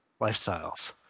lifestyles